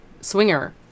swinger